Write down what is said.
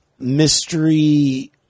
mystery